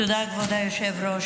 תודה, כבוד היושב-ראש.